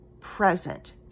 present